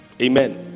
Amen